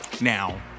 now